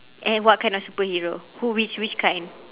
and what kind of superhero who which which kind